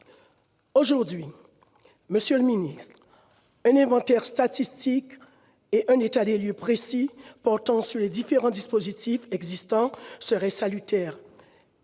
Aujourd'hui, monsieur le secrétaire d'État, un inventaire statistique et un état des lieux précis portant sur les différents dispositifs existants serait salutaire,